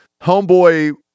Homeboy